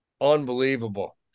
unbelievable